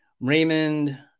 Raymond